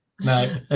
no